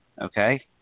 Okay